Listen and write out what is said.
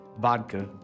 vodka